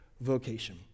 vocation